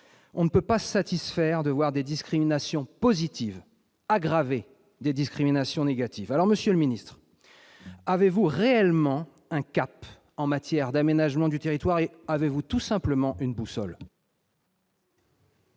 On ne peut se satisfaire de voir des discriminations positives aggraver des discriminations négatives. Monsieur le ministre, avez-vous réellement un cap en matière d'aménagement du territoire ? Avez-vous tout simplement une boussole ?